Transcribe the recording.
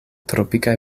tropikaj